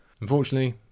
Unfortunately